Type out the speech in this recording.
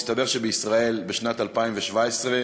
מסתבר שבישראל בשנת 2017,